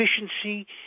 efficiency